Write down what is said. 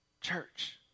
church